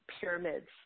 pyramids